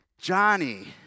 Johnny